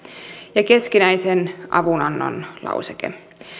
ja keskinäisen avunannon lauseke